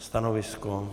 Stanovisko?